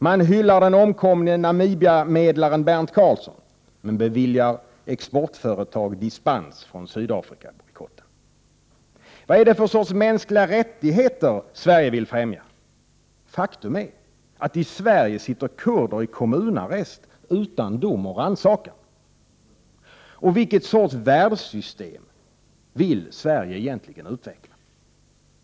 Man hyllar den omkomne Namibiamedlaren Bernt Carlsson, men beviljar exportföretag dispens från Sydafrikabojkotten. Vad är det för sorts mänskliga rättigheter Sverige vill fftämja? Faktum är att i Sverige sitter kurder i kommunarrest utan dom och rannsakan. Och vilken sorts världssystem vill Sverige egentligen utveckla?